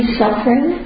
suffering